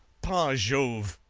par jove,